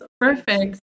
perfect